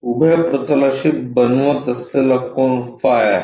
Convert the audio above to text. उभ्या प्रतलाशी बनवित असलेला कोन फाय आहे